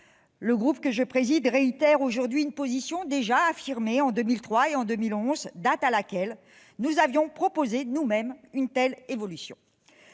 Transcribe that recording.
le groupe que je préside réitère aujourd'hui une position déjà affirmée en 2003 et 2011, lorsque nous avions proposé nous-mêmes une telle évolution.